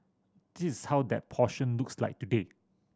this is how that portion looks like today